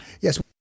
Yes